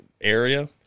area